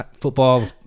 football